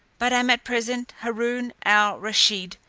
but am at present haroon al rusheed,